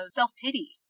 self-pity